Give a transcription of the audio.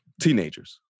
teenagers